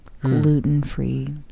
gluten-free